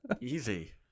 Easy